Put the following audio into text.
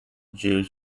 jews